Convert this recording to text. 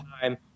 time